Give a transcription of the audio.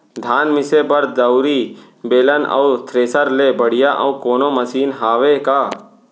धान मिसे बर दउरी, बेलन अऊ थ्रेसर ले बढ़िया अऊ कोनो मशीन हावे का?